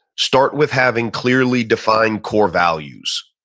start with having clearly defined core values.